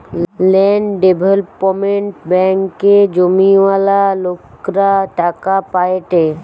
land development ব্যাঙ্কে জমিওয়ালা লোকরা টাকা পায়েটে